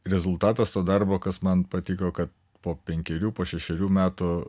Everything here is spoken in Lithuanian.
rezultatas to darbo kas man patiko kad po penkerių po šešerių metų